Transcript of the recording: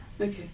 Okay